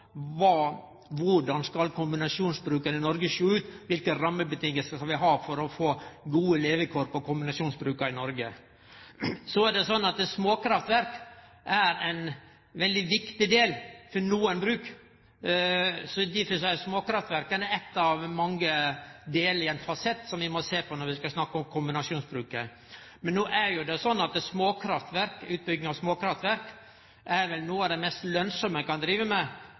skal kombinasjonsbruka i Noreg sjå ut, kva for rammevilkår skal vi ha for å få gode levekår på kombinasjonsbruka i Noreg? Så er det sånn at småkraftverk er veldig viktig for nokre bruk. Difor er småkraftverka ein av mange delar i ein fasett som vi må sjå på når vi skal snakke om kombinasjonsbruket. No er det jo sånn at utbygging av småkraftverk er noko av det mest lønsame ein kan drive på med